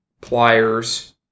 pliers